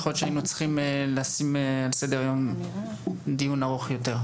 יכול להיות שהיינו צריכים לשים על סדר היום דיון ארוך יותר.